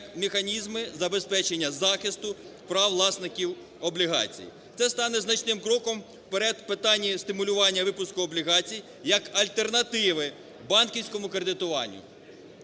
як механізми забезпечення захисту прав власників облігацій. Це стане значним кроком вперед в питанні стимулювання випуску облігацій як альтернативи банківському кредитуванню.